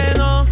no